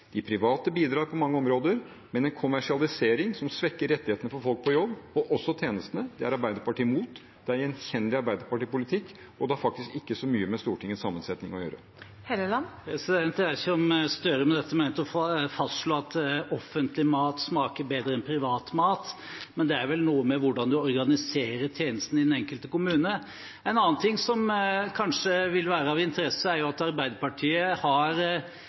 De ideelle står sterkt, de private bidrar på mange områder, men en kommersialisering som svekker rettighetene for folk på jobb, og også tjenestene, er Arbeiderpartiet imot. Det er gjenkjennelig Arbeiderparti-politikk, og det har faktisk ikke så mye med Stortingets sammensetning å gjøre. Dersom Gahr Støre med dette mente å fastslå at offentlig mat smaker bedre enn privat mat, har vel det noe med hvordan man organiserer tjenestene i den enkelte kommune å gjøre. En annen ting som kanskje vil være av interesse, er at Arbeiderpartiet har